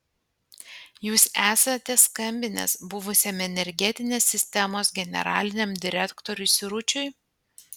jūs esate skambinęs buvusiam energetinės sistemos generaliniam direktoriui siručiui